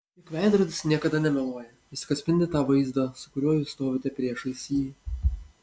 juk veidrodis niekada nemeluoja jis tik atspindi tą vaizdą su kuriuo jūs stovite priešais jį